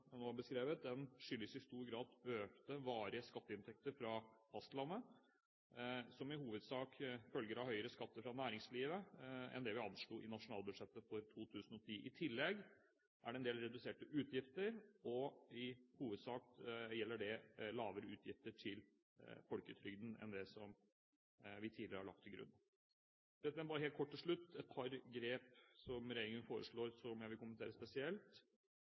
nå har beskrevet, skyldes i stor grad økte varige skatteinntekter fra fastlandet, som i hovedsak følger av høyere skatter fra næringslivet enn det vi anslo i nasjonalbudsjettet for 2010. I tillegg er det en del reduserte utgifter – i hovedsak gjelder det lavere utgifter til folketrygden enn det som vi tidligere har lagt til grunn. Bare helt kort til slutt et par grep som regjeringen foreslår som jeg vil kommentere spesielt.